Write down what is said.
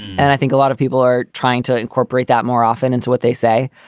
and i think a lot of people are trying to incorporate that more often into what they say.